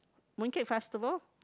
Mooncake Festival